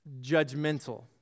judgmental